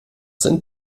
sind